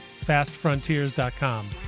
fastfrontiers.com